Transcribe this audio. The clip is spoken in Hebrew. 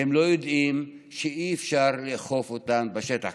והם לא יודעים שאי-אפשר לאכוף אותן בשטח,